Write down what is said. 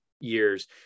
years